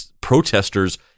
protesters